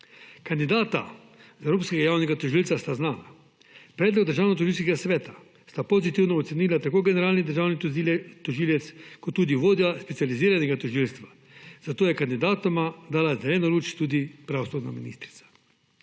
Kandidata za evropskega javnega tožilca sta znana. Predlog Državnotožilskega sveta sta pozitivno ocenila tako generalni državni tožilec kot tudi vodja Specializiranega državnega tožilstva, zato je kandidatoma dala zeleno luč tudi pravosodna ministrica.